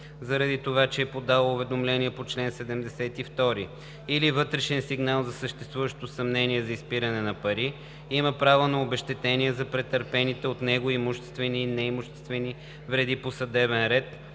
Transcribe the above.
заради това, че е подало уведомление по чл. 72 или вътрешен сигнал за съществуващо съмнение за изпиране на пари, има право на обезщетение за претърпените от него имуществени и неимуществени вреди по съдебен ред,